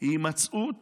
היא הימצאות